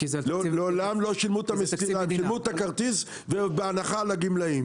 שילמו את הכרטיס ובהנחה לגמלאים.